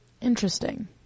Interesting